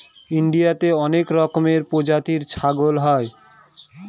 ইন্ডিয়াতে অনেক রকমের প্রজাতির ছাগল হয়